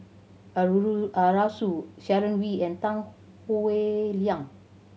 Arasu Sharon Wee and Tan Howe Liang